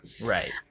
Right